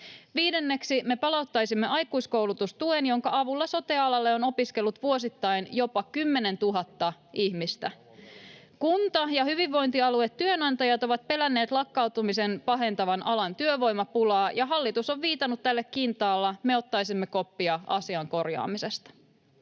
Viidenneksi me palauttaisimme aikuiskoulutustuen, jonka avulla sote-alalle on opiskellut vuosittain jopa 10 000 ihmistä. Kunta- ja hyvinvointialuetyönantajat ovat pelänneet lakkauttamisen pahentavan alan työvoimapulaa, ja hallitus on viitannut tälle kintaalla. Me ottaisimme koppia asian korjaamisesta.